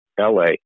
la